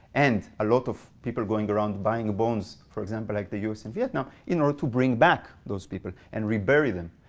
and a lot of people going around buying bones like for example like they use in vietnam in order to bring back those people, and rebury them.